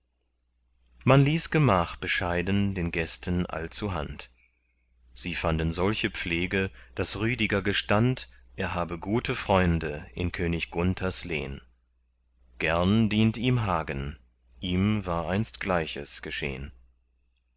man ließ gemach bescheiden den gästen allzuhand sie fanden solche pflege daß rüdiger gestand er habe gute freunde in könig gunthers lehn gerne dient ihm hagen ihm war einst gleiches geschehn